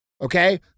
Okay